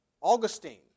Augustine